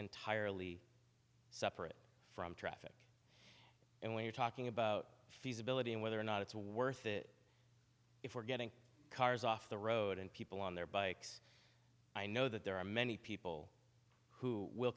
entirely separate from traffic and when you're talking about feasibility and whether or not it's worth it if we're getting cars off the road and people on their bikes i know that there are many people who will